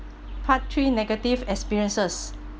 part three negative experiences